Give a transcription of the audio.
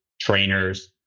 trainers